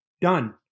Done